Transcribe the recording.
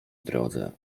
drodze